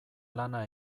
lana